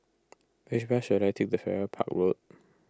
which bus should I take the Farrer Park Road